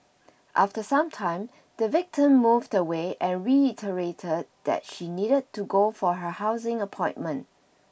after some time the victim moved away and reiterated that she needed to go for her housing appointment